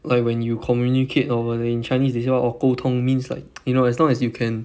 like when you communicate normally in chinese they say what orh 沟通 means like you know as long as you can